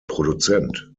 produzent